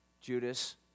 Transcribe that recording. Judas